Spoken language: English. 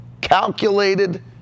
calculated